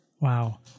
Wow